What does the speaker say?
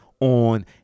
on